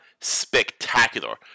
spectacular